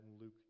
Luke